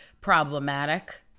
problematic